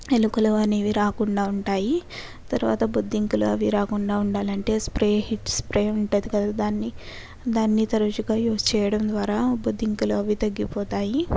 ఎలుకలు అనేవి రాకుండా ఉంటాయి తరువాత బొద్దింకలు అవి రాకుండా ఉండాలంటే స్ప్రే హిట్ స్ప్రే ఉంటుంది కదా దాన్ని దాన్ని తరచుగా యూస్ చేయడం ద్వారా బొద్దింకలు అవి తగ్గిపోతాయి